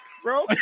bro